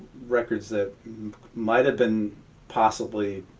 records that might have been possibly,